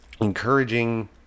encouraging